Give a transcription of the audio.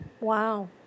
Wow